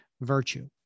Virtue